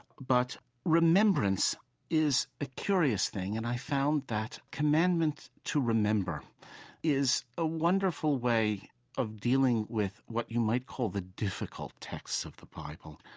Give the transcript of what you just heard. but remembrance is a curious thing, and i found that commandment to remember is a wonderful way of dealing with what you might call the difficult texts of the bible.